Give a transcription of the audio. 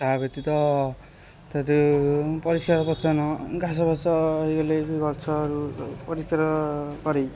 ତା' ବ୍ୟତୀତ ତା' ଯେଉଁ ପରିଷ୍କାର ପରିଚ୍ଛନ ଘାସବାସ ହେଇଗଲେ ସେ ଗଛରୁ ପରିଷ୍କାର କରେଇ